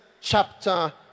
chapter